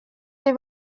bari